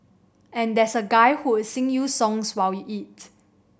and there's a guy who would sing you songs while you eat